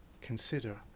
consider